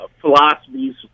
philosophies